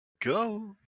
go